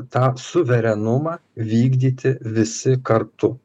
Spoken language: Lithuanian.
tą suverenumą vykdyti visi kartu